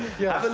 yeah. and